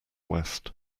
west